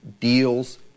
deals